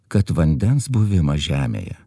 kad vandens buvimas žemėje